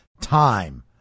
time